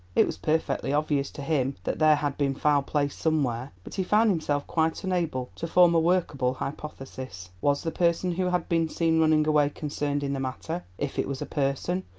it was perfectly obvious to him that there had been foul play somewhere, but he found himself quite unable to form a workable hypothesis. was the person who had been seen running away concerned in the matter if it was a person.